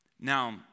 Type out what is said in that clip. Now